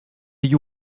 you